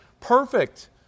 perfect